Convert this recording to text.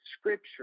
Scripture